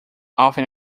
often